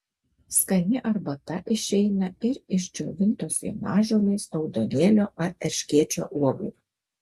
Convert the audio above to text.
skani arbata išeina ir iš džiovintos jonažolės raudonėlio ar erškėčio uogų